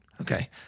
Okay